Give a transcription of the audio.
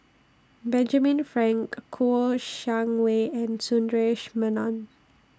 Benjamin Frank Kouo Shang Wei and Sundaresh Menon